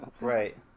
Right